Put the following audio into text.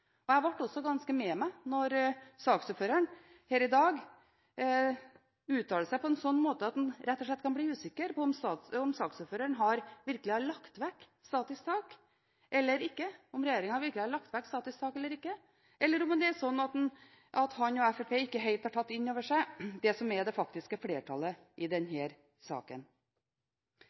vedtak. Jeg ble også ganske «me' mæ» da saksordføreren her i dag uttalte seg på en slik måte at man rett og slett kan bli usikker på om saksordføreren og regjeringen virkelig har lagt vekk statisk tak eller ikke, og om han og Fremskrittspartiet ikke helt har tatt inn over seg det som er det faktiske flertallet i denne saken.